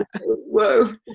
Whoa